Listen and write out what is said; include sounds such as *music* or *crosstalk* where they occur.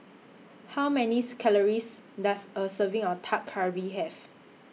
How Many *unintelligible* Calories Does A Serving of Dak Galbi Have